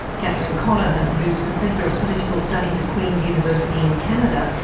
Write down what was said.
catherine conaghan, who's professor of political studies at queen's university in canada,